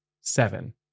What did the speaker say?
seven